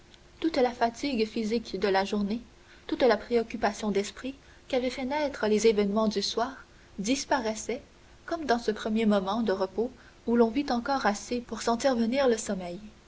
toute la fatigue physique de la journée toute la préoccupation d'esprit qu'avaient fait naître les événements du soir disparaissaient comme dans ce premier moment de repos où l'on vit encore assez pour sentir venir le sommeil